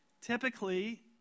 Typically